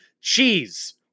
Cheese